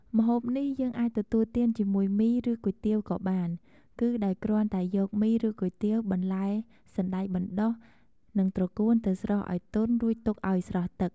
ម្ហូបនេះយើងអាចទទួលទានជាមួយមី ឬគុយទាវក៏បាន គឺដោយគ្រាន់តែយកមី ឬគុយទាវ បន្លែសណ្ដែកបណ្ដុះ និងត្រកួនទៅស្រុះឱ្យទន់ រួចទុកឱ្យស្រក់ទឹក។